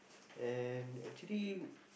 and actually